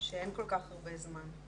שאין כל כך הרבה זמן.